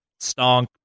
Stonk